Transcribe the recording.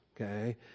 okay